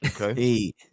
Okay